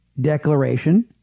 Declaration